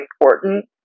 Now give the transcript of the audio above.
important